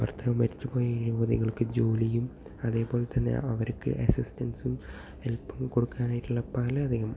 ഭർത്താവ് മരിച്ചുപോയ യുവതികൾക്ക് ജോലിയും അതേപോലെ തന്നെ അവർക്ക് അസിസ്റ്റൻസ്സും ഹെൽപ്പും കൊടുക്കാനായിട്ടുള്ള പല അധികം